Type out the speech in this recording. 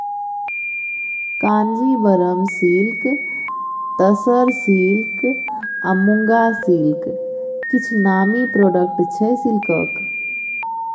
Kanjeevaram silk, tussar silk आ muga silk किछ नामी प्रोडक्ट छै सिल्कक